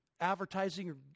advertising